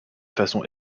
façon